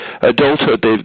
adulthood